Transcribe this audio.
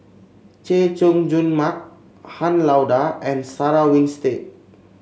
Chay Jung Jun Mark Han Lao Da and Sarah Winstedt